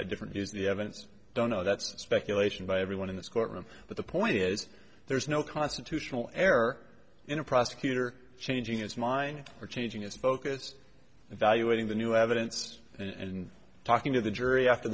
have different views the evidence don't know that's speculation by everyone in this courtroom but the point is there is no constitutional error in a prosecutor changing its mind or changing its focus evaluating the new evidence and talking to the jury after